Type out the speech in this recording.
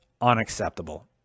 unacceptable